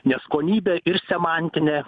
neskonybė ir semantinė